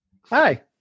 hi